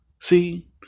See